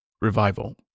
revival